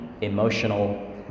emotional